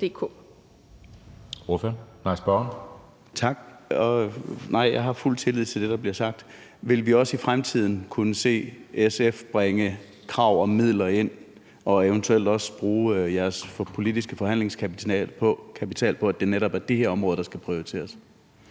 Larsen (S): Tak. Jeg har fuld tillid til det, der bliver sagt. Vil vi også i fremtiden kunne se SF bringe krav om midler ind og eventuelt også bruge jeres politiske forhandlingskapital på, at det netop er det område, der skal prioriteres?